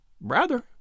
Rather